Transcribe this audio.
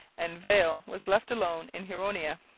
and viel was left alone in huronia.